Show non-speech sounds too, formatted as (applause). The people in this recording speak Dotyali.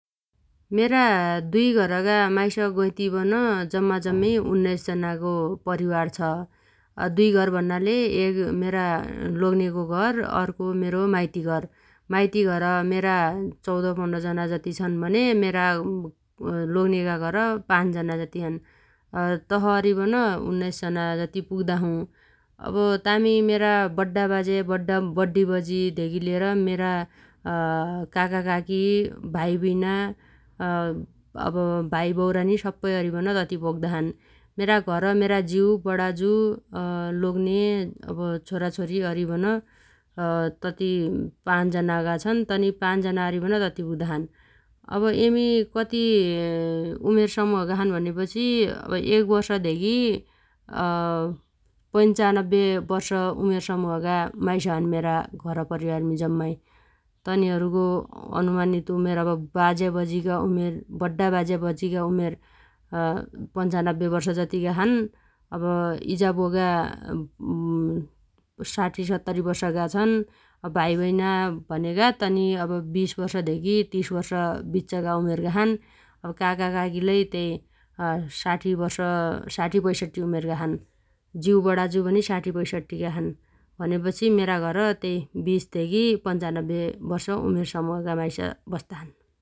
मेरा दुइ घरगा माइस गैतिबन जम्माजम्मी उन्नाइस जनागो परिवार छ । दुइ घर भन्नाले एग मेरा लोग्नेगो घर अर्को मेरो माइती घर । माइतीघर मेरा चौद पन्ध्र जना जति छन् भने मेरा (hesitation) लोग्नेगा घर पाच जनाजति छन् । (hesitation) तस अरिबन उन्नाइस जना जति पुग्दाछु । अब तामी मेरा बड्डा बाजे बड्डा_बड्डी बजि धेगी लिएर मेरा (hesitation) काका काकी भाइ बुइना (hesitation) अब भाइ बौरानी सप्पै अरिबन तत्ति पुग्दा छन् । मेरा घर मेरा ज्यु बणाजु (hesitation) लोग्ने अब छोराछोरी अरिबन (hesitation) तति पाच जनागा छन् । तनि पान जना अरिबन तति पुग्दाछन् । अब यमी कति (hesitation) उमेर समुहगा छन् भनेपछि अब एग वर्षधेगी (hesitation) पन्चानब्बे वर्ष उमेर समुहगा माइस छन् मेरा घर परिवारमी जम्माइ । तनिहरुगो अनुमानित उमेर अब बाजेबजीगा उमेर बड्डा बाजेबजीगा उमेर (hesitation) पन्चानब्बे वर्ष जतिगा छन् । अब इजा ब्वागा (hesitation) साठी सत्तरी वर्षगा छन् । भाइ बैना भनेगा तनी अब बीस वर्ष धेगी तीस वर्ष बिच्चगा उमेरगा छन् । अब काकाकाकी लै त्यै (hesitation) साठी वर्ष साठी पैसठ्ठी वर्ष उमेर समुहगा छन् । ज्यु वणाजु पनि पाठी पैसठ्ठीगा छन् । भनेपछि मेरा घर त्यै बीस धेगी पन्चानब्बे वर्ष उमेर समुहगा माइस बस्ताछन् ।